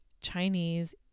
Chinese